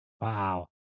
Wow